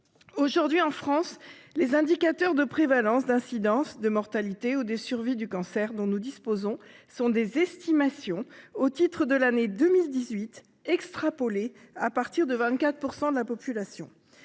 Aujourd'hui, en France, les indicateurs de prévalence, d'incidence, de mortalité et de survie du cancer dont nous disposons sont des estimations au titre de l'année 2018, extrapolées à partir de 24 % de la population.